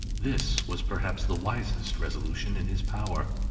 this was perhaps the wisest resolution in his power.